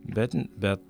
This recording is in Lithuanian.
bet bet